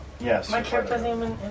Yes